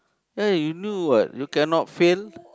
ya you know what you cannot fail